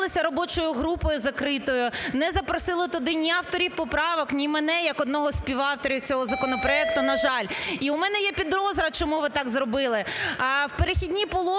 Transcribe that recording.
ви зібралися робочою групою закритою, не запросили туди ні авторів поправок, ні мене, як одного із співавторів цього законопроекту, на жаль. І в мене є підозра, чому ви так зробили.